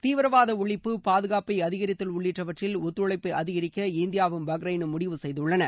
தீவிரவாத ஒழிப்பு பாதுகாப்பை அதிகரித்தல் உள்ளிட்டவற்றில் ஒத்துழைப்பை அதிகரிக்க இந்தியாவும் பஹ்ரைனும் முடிவு செய்துள்ளன